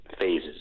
phases